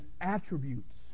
attributes